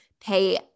pay